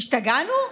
השתגענו?